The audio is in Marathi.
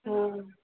हो